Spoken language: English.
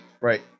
Right